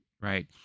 right